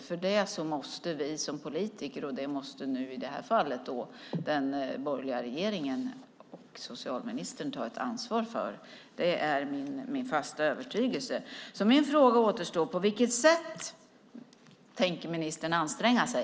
För detta måste vi politiker - i det här fallet den borgerliga regeringen och socialministern - ta ett ansvar. Det är min fasta övertygelse. Min fråga återstår därför: På vilket sätt tänker ministern anstränga sig?